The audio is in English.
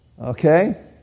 Okay